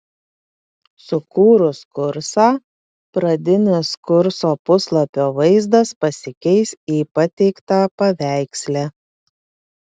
sukūrus kursą pradinis kurso puslapio vaizdas pasikeis į pateiktą paveiksle